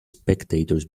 spectators